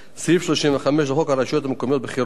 סעיף 35 לחוק הרשויות המקומיות (בחירות),